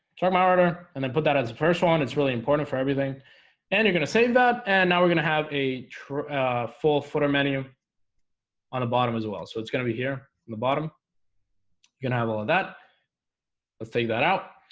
start my order and then put that as the first one it's really important for everything and you're gonna save that and now we're gonna have a full footer menu on the bottom as well. so it's gonna be here on the bottom you're gonna have all of that let's take that out.